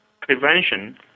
prevention